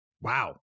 Wow